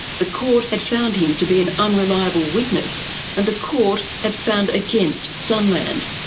the court had found him to be an unreliable witness and the court had found against sunland.